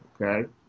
Okay